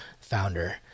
founder